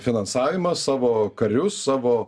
finansavimą savo karius savo